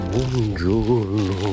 Buongiorno